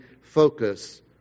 focus